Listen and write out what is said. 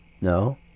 No